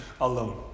alone